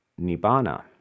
nibbana